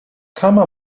kama